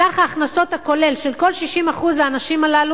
סך ההכנסות הכולל של כל 60% האנשים הללו